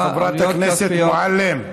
חברת הכנסת מועלם,